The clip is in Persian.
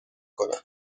کنم